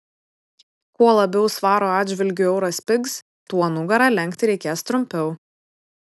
kuo labiau svaro atžvilgiu euras pigs tuo nugarą lenkti reikės trumpiau